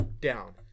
down